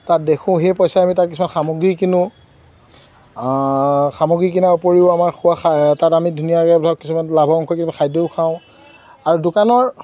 তাত দেখোঁ সেই পইচাৰে আমি তাত কিছুমান সামগ্ৰী কিনো সামগ্ৰী কিনাৰ উপৰিও আমাৰ খোৱা তাত আমি ধুনীয়াকৈ ধৰক কিছুমান লাভ অংশ কিছুমান খাদ্যও খাওঁ আৰু দোকানৰ